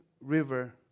River